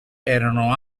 erano